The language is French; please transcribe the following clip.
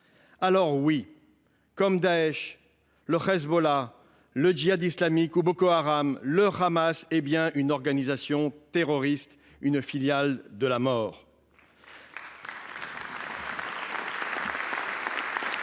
Alors oui, comme Daech, le Hezbollah, le Djihad islamique ou Boko Haram, le Hamas est bien une organisation terroriste, une filiale de la mort. Ne pas clairement